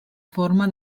forma